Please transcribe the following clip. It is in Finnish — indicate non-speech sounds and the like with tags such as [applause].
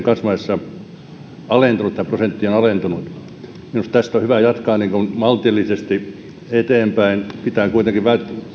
[unintelligible] kasvaessa alentunut minusta tästä on hyvä jatkaa maltillisesti eteenpäin pitää kuitenkin välttää